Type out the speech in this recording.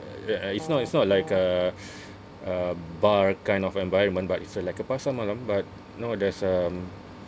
uh uh it's not it's not like a a bar kind of environment but it's a like a pasar malam but know there's um